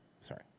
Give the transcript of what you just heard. Sorry